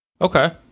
Okay